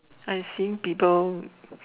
I seen people